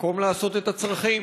מקום לעשות את הצרכים,